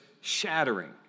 shattering